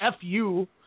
FU